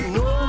no